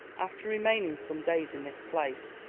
after remaining some days in this place,